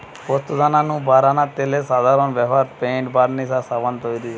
পোস্তদানা নু বারানা তেলের সাধারন ব্যভার পেইন্ট, বার্নিশ আর সাবান তৈরিরে